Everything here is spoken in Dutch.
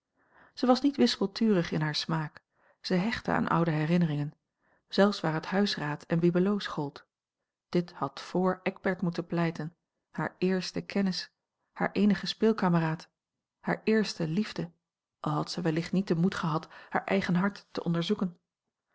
zij was niet wispelturig in haar smaak zij hechtte aan oude herinneringen zelfs waar het huisraad en bibelots gold dit had voor eckbert moeten pieiten haar eerste kennis haar eenigen speelkameraad hare eerste liefde al had zij wellicht niet den moed gehad haar eigen hart te onderzoeken